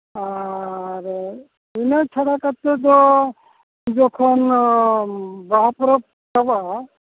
ᱟᱨᱻ ᱤᱱᱟᱹ ᱪᱷᱟᱲᱟ ᱠᱟᱛᱮ ᱫᱚ ᱡᱚᱠᱷᱚᱱ ᱵᱟᱦᱟ ᱯᱚᱨᱚᱵᱽ ᱪᱟᱵᱟᱜᱼᱟ